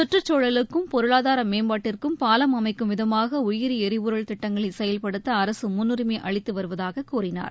சுற்றுச்சூழலுக்கும் பொருளாதார மேம்பாட்டிற்கும் பாலம் அமைக்கும் விதமாக உயிரி எரிபொருள் திட்டங்களை செயல்படுத்த அரசு முன்னுரிமை அளித்து வருவதாக கூறினார்